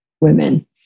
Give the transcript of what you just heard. women